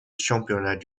championnat